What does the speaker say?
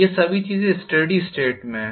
ये सभी चीजें स्टेडी स्टेट में हैं